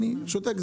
אני שותק,